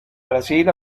brasil